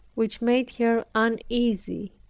which made her uneasy.